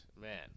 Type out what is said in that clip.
man